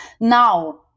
Now